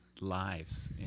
lives